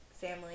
family